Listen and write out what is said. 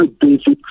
basic